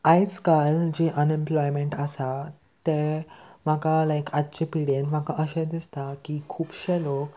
आयज काल जी अनएम्प्लॉयमेंट आसा ते म्हाका लायक आजच्या पिड्येंत म्हाका अशें दिसता की खुबशे लोक